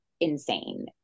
insane